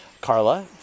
carla